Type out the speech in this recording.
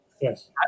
Yes